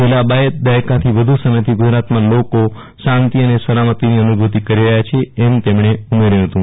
છેલ્લા બે દાયકાથી વધુ સમયથી ગુજરાતમાં લોકો શાંતિ અને સલામતીની અનુભુતિ કરી રહ્યા છે એમ તેમણે ઉમેર્યુ હતું